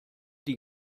die